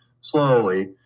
slowly